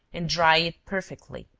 and dry it perfectly.